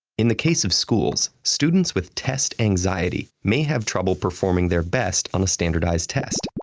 in the case of schools, students with test anxiety may have trouble performing their best on a standardized test,